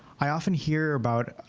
i often hear about